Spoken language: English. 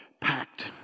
packed